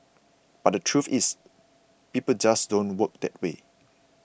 but the truth is people just don't work that way